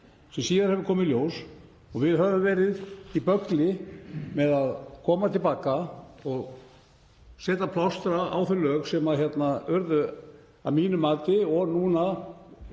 Síðar hefur komið í ljós að við höfum verið í böggli með að koma til baka og setja plástra á þau lög sem voru að mínu mati, og núna